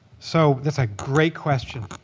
so that's a great question.